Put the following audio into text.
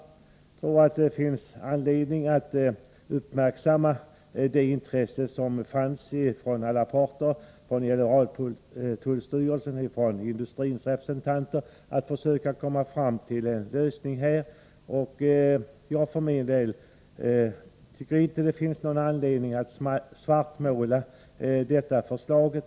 Jag tror att det är värt att uppmärksamma det intresse som finns hos alla parter — generaltullstyrelsen och industrins representanter — att försöka komma fram till en lösning. Jag tycker inte att man har någon anledning att svartmåla förslaget.